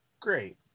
Great